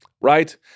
right